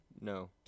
no